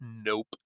nope